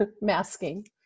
masking